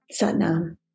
Satnam